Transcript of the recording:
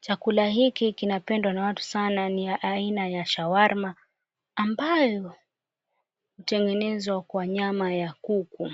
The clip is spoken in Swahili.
Chakula hiki kinapendwa na watu sana ni ya aina ya shawarma ambalo, hutengenezwa kwa nyama ya kuku,